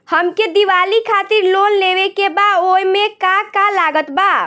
हमके दिवाली खातिर लोन लेवे के बा ओमे का का लागत बा?